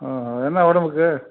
ஆ என்ன உடம்புக்கு